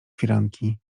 firanki